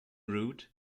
route